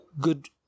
good